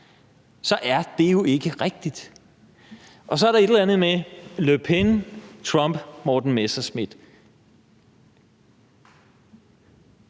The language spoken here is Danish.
er det jo ikke rigtigt. Så er der et eller andet med Le Pen, Trump, Morten Messerschmidt.